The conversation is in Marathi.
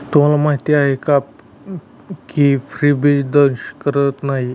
तुम्हाला माहीत आहे का की फ्रीबीज दंश करत नाही